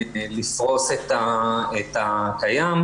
לפרוס את הקיים.